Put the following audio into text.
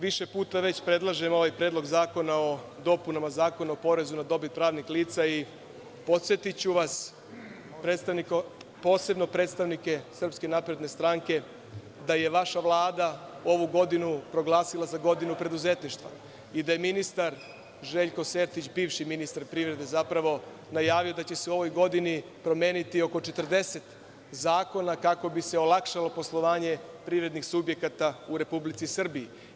Više puta već predlažem ovaj predlog zakona o dopunama Zakona o porezu na dobit pravnih lica, i podsetiću vas, posebno predstavnike SNS stranke, da je vaša Vlada ovu godinu proglasila za godinu preduzetništva i da je ministar Željko Sertić, bivši ministar privrede zapravo, najavio da će se u ovoj godini promeniti oko 40 zakona kako bi se olakšalo poslovanje privrednih subjekata u Republici Srbiji.